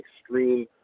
extreme